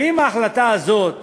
האם ההחלטה הזאת